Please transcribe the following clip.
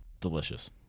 delicious